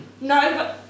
No